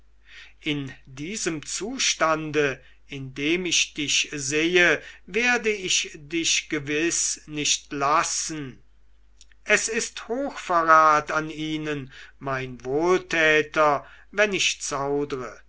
in diesem zustande in dem ich dich sehe werde ich dich gewiß nicht lassen es ist hochverrat an ihnen mein wohltäter wenn ich zaudre